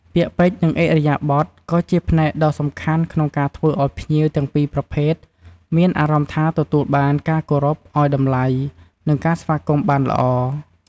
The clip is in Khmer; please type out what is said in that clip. ពាក្យពេចន៍ និងឥរិយាបថក៏ជាផ្នែកដ៏សំខាន់ក្នុងការធ្វើឱ្យភ្ញៀវទាំងពីរប្រភេទមានអារម្មណ៍ថាទទួលបានការគោរពអោយតម្លៃ និងការស្វាគមន៍បានល្អ។